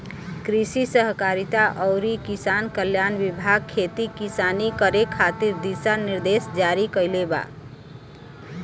कृषि सहकारिता अउरी किसान कल्याण विभाग खेती किसानी करे खातिर दिशा निर्देश जारी कईले बा